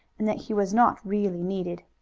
and that he was not really needed.